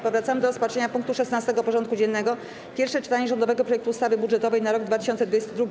Powracamy do rozpatrzenia punktu 16. porządku dziennego: Pierwsze czytanie rządowego projektu ustawy budżetowej na rok 2022.